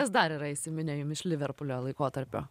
kas dar yra įsiminę jum iš liverpulio laikotarpio